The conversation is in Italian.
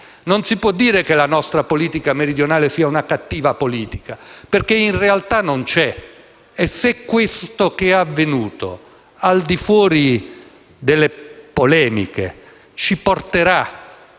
Non si può dire che la nostra politica meridionale sia una cattiva politica, perché in realtà una politica non c'è. Se quanto avvenuto - al di fuori delle polemiche - ci porterà